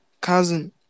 cousin